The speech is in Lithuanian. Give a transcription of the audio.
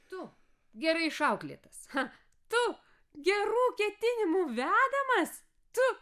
tu gerai išauklėtas cha tu gerų ketinimų vedamas tu